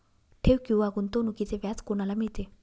ठेव किंवा गुंतवणूकीचे व्याज कोणाला मिळते?